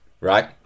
right